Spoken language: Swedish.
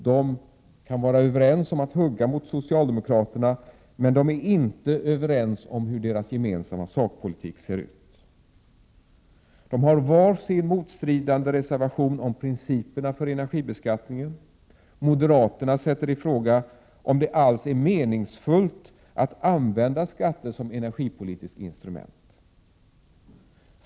De kan vara överens om att hugga mot socialdemokraterna, men de är inte överens om hur deras gemensamma sakpolitik skall se ut. De borgerliga partierna har varsin motstridande reservation om principerna för energibeskattningen. Moderaterna sätter i fråga om det alls är meningsfullt att använda skatter som ett energipolitiskt instrument.